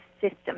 system